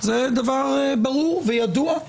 זה דבר ברור וידוע.